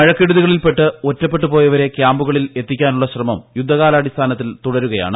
മഴക്കെടുതികളിൽപ്പെട്ട് ഒറ്റപ്പെട്ട് പ്പോഴ്ചവരെ ക്യാമ്പുകളിൽ എത്തിക്കാനുള്ള ശ്രമം യുദ്ധകാലാടിസ്ഥിന്റെത്തിൽ തുടരുകയാണ്